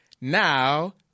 Now